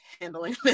handling